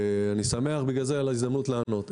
אני שמח על ההזדמנות לענות.